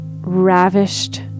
ravished